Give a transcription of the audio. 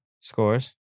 scores